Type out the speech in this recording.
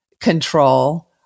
control